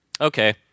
Okay